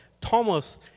Thomas